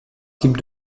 type